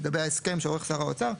לגבי ההסכם שעורך שר האוצר.